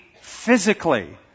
physically